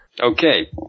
Okay